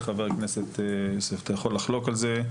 חבר הכנסת יוסף, את רשאי לחלוק על זה.